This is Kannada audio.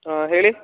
ಹಾಂ ಹೇಳಿ